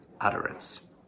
utterance